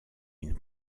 une